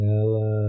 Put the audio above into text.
ela